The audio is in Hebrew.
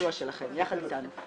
לביצוע שלכם יחד איתנו.